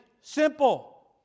Simple